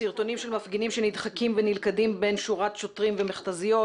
סרטונים של מפגינים שנדחקים ונלכדים בין שורת שוטרים ומכת"זיות